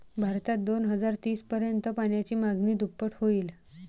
भारतात दोन हजार तीस पर्यंत पाण्याची मागणी दुप्पट होईल